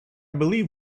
believe